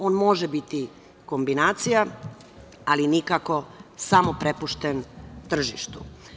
On može biti kombinacija, ali nikako samo prepušten tržištu.